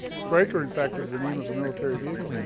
stryker in fact is the name of a military vehicle.